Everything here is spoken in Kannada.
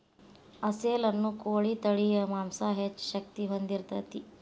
ಅಸೇಲ ಅನ್ನು ಕೋಳಿ ತಳಿಯ ಮಾಂಸಾ ಹೆಚ್ಚ ಶಕ್ತಿ ಹೊಂದಿರತತಿ